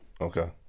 Okay